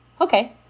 okay